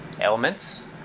elements